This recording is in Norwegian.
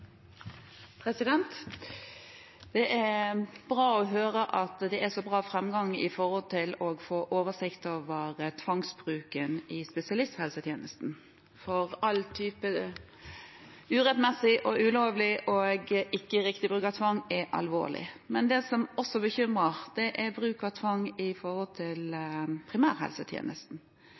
så god framgang i å få oversikt over tvangsbruken i spesialisthelsetjenesten, for all type urettmessig, ulovlig og ikke riktig bruk av tvang er alvorlig. Det som også bekymrer, er bruk av tvang i